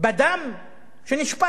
בדם שנשפך?